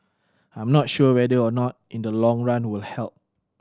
I'm not sure whether or not in the long run would help